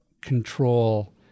control